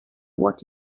what